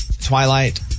Twilight